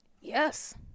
yes